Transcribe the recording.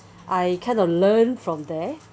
I kind of learned from there